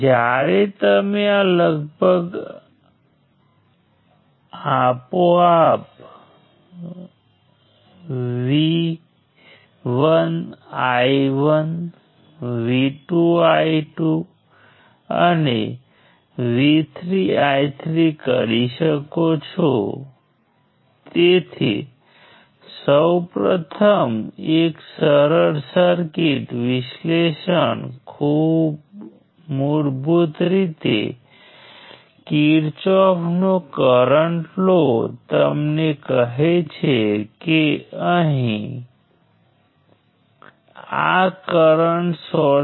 તેથી તમે શું કરો છો કે તમે પહેલા એક ટ્રી બનાવો અને પછી તમે એક પછી એક આ બ્રાન્ચીઝ લો અને તેમને ઉમેરો કે તમે આ બ્રાન્ચીઝમાંથી એક લો છો તમે એક લૂપ બનાવો છો અને તેને દૂર કરો છો કે તમે બીજી બ્રાન્ચ લો છો તમે બીજી લૂપ બનાવો છો વગેરે વગેરે અને તેથી અમારા વિશિષ્ટ ઉદાહરણમાં આપણે આ ચોક્કસ ટ્રી કહેવાનું શરૂ કરીશું